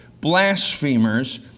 blasphemers